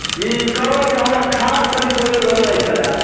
जी कहलहुँ जे हमरा खाद कनि थोड़े लेनाइ छलै